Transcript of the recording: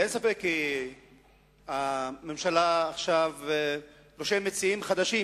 אין ספק שהממשלה רושמת עכשיו שיאים חדשים